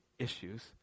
issues